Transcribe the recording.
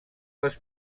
les